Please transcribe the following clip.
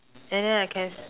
an then I can